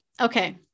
Okay